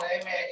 amen